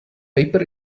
paper